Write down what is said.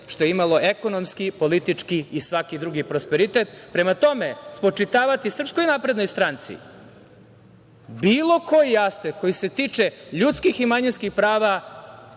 što je imalo ekonomski, politički i svaki drugi prosperitet. Prema tome, spočitavati SNS bilo koji aspekt koji se tiče ljudskih i manjinskih prava